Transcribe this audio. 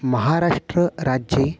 महाराष्ट्र राज्ये